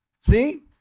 See